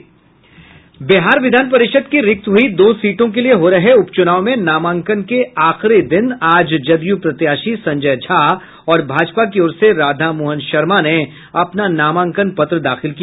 बिहार विधान परिषद् की रिक्त हुई दो सीटों के लिए हो रहे उपचुनाव में नामांकन के आखिरी दिन आज जदयू प्रत्याशी संजय झा और भाजपा की ओर से राधामोहन शर्मा ने अपना नामांकन पत्र दाखिल किया